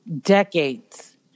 decades